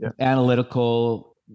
analytical